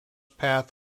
path